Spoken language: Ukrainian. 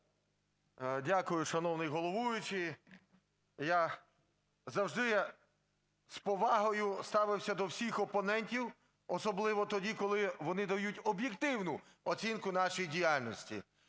Дякую, шановний головуючий. Я завжди з повагою ставився до всіх опонентів, особливо тоді, коли вони дають об'єктивну оцінку нашій діяльності.